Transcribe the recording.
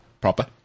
proper